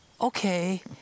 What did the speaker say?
Okay